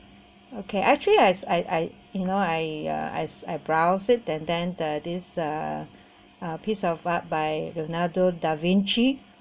okay actually I I I you know I uh I browsed it and then the this uh a piece of art by leonardo da vinci